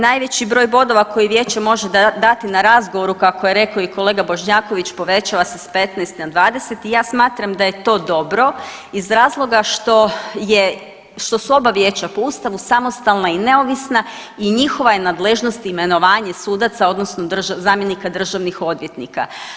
Najveći broj bodova koji vijeće može dati na razgovoru kako je rekao i kolega Bošnjaković povećava se s 15 na 20 i ja smatram da je to dobro iz razloga što je što su oba vijeća po ustavu samostalna i neovisna i njihova je nadležnost imenovanje sudaca odnosno zamjenika državnih odvjetnika.